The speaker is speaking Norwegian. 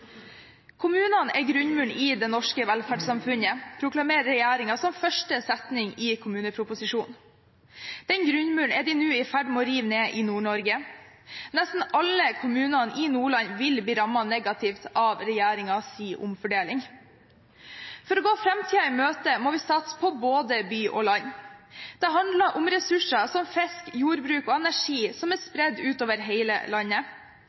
er grunnmuren i det norske velferdssamfunnet» proklamerer regjeringen som første setning i kommuneproposisjonen. Den grunnmuren er de nå i ferd med å rive ned i Nord-Norge. Nesten alle kommunene i Nordland vil bli rammet negativt av regjeringens omfordeling. For å gå framtiden i møte må vi satse på både by og land. Det handler om ressurser som fisk, jordbruk og energi, som er spredd utover hele landet.